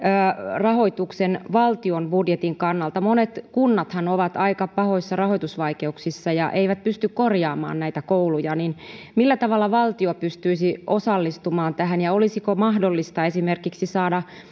rahoituksen valtion budjetin kannalta monet kunnathan ovat aika pahoissa rahoitusvaikeuksissa eivätkä pysty korjaamaan näitä kouluja joten millä tavalla valtio pystyisi osallistumaan tähän ja olisiko mahdollista esimerkiksi saada